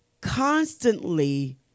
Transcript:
constantly